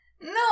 No